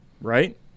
right